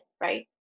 right